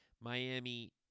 Miami